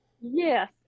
Yes